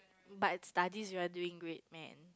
but studies you are doing great man